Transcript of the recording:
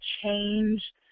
change